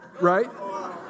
right